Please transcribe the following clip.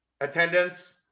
attendance